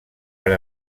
per